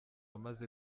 amaze